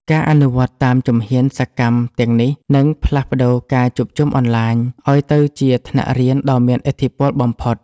ការអនុវត្តតាមជំហានសកម្មទាំងនេះ នឹងផ្លាស់ប្តូរការជួបជុំអនឡាញឱ្យទៅជាថ្នាក់រៀនដ៏មានឥទ្ធិពលបំផុត។